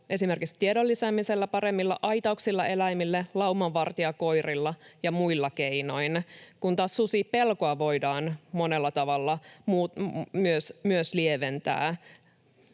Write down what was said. esimerkiksi tiedon lisäämisellä, paremmilla aitauksilla eläimille, laumanvartijakoirilla ja muilla keinoin, kun taas susipelkoa voidaan monella tavalla myös lieventää.